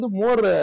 more